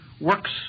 works